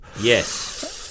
yes